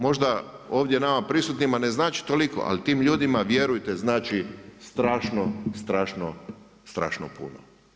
Možda ovdje nama prisutnima ne znači toliko, ali tim ljudima vjerujte znači strašno, strašno puno.